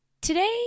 Today